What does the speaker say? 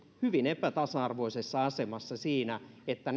hyvin epätasa arvoisessa asemassa siksi että